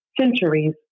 centuries